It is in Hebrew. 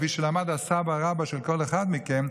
כפי שלמד הסבא-רבא של כל אחד מכם,